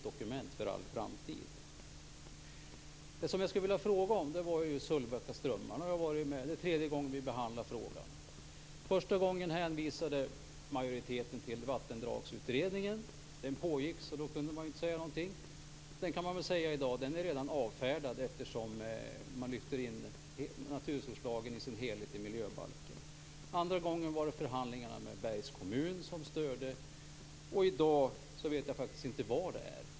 Den är inte något slutdokument. Det är tredje gången vi behandlar frågan. Första gången hänvisade majoriteten till Vattendragsutredningen. Den pågick, så då gick det inte att säga något. Den utredningen är i dag avfärdad. Naturresurslagen lyfts i sin helhet in i miljöbalken. Andra gånger var det förhandlingarna med Bergs kommun som störde. I dag vet jag inte vad det är.